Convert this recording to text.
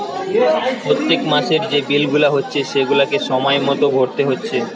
পোত্তেক মাসের যে বিল গুলা হচ্ছে সেগুলাকে সময় মতো ভোরতে হচ্ছে